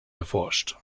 erforscht